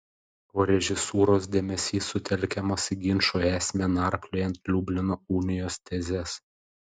o režisūros dėmesys sutelkiamas į ginčo esmę narpliojant liublino unijos tezes